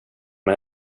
med